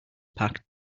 packed